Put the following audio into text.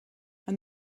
and